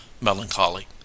melancholy